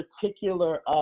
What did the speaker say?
particular